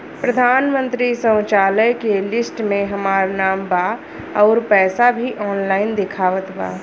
प्रधानमंत्री शौचालय के लिस्ट में हमार नाम बा अउर पैसा भी ऑनलाइन दिखावत बा